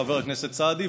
חבר הכנסת סעדי,